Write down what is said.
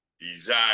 desire